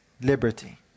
liberty